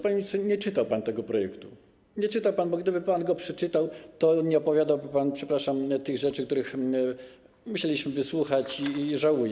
Panie ministrze, nie czytał pan tego projektu, nie czytał pan, bo gdyby pan go przeczytał, to nie opowiadałby pan, przepraszam, tych rzeczy, których musieliśmy wysłuchać, i żałuję.